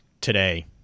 today